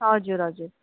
हजुर हजुर